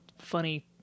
funny